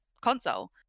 console